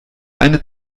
eine